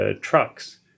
trucks